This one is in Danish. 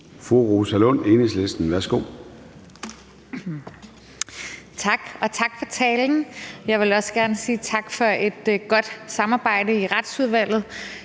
Fru Rosa Lund, Enhedslisten. Værsgo. Kl. 00:11 Rosa Lund (EL): Tak. Og tak for talen. Jeg vil også gerne sige tak for et godt samarbejde i Retsudvalget.